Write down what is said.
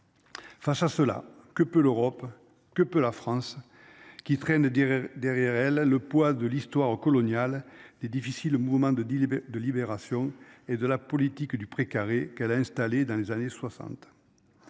Face à cela, que peut l'Europe. Que peut la France qui traîne dire derrière elle le poids de l'histoire coloniale des difficile. Le mouvement de deal de Libération et de la politique du pré-carré qu'elle a installé dans les années 60.